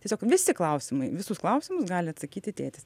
tiesiog visi klausimai visus klausimus gali atsakyti tėtis